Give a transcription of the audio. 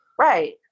Right